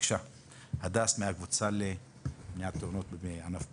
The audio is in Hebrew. בבקשה הדס, מהקבוצה למניעת תאונות בענף הבנייה.